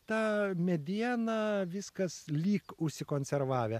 ta medieną viskas lyg užsikonservavę